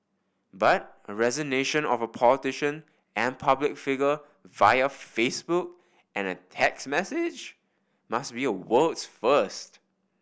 but a resignation of a politician and public figure via Facebook and a text message must be a world's first